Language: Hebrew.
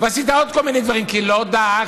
ועשית עוד כל מיני דברים, כי לא דאגת.